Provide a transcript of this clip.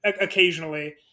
occasionally